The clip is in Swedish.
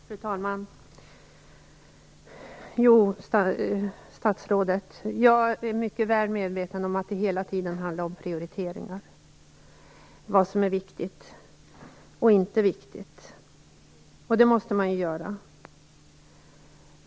Fru talman! Jo, statsrådet, jag är mycket väl medveten om att det hela tiden handlar om prioriteringar av vad som är viktigt och vad som inte är viktigt. Sådana prioriteringar måste man ju göra.